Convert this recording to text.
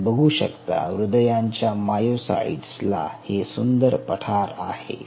तुम्ही बघू शकता हृदयाच्या मायोसाइट्स ला हे सुंदर पठार आहे